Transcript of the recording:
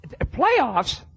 Playoffs